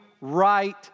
right